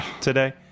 today